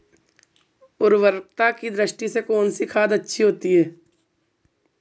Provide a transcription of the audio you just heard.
उर्वरकता की दृष्टि से कौनसी खाद अच्छी होती है?